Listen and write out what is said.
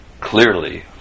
clearly